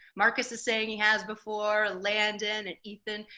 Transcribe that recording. marcus is saying he has before. landon and ethan,